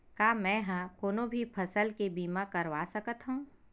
का मै ह कोनो भी फसल के बीमा करवा सकत हव?